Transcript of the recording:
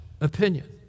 opinion